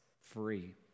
free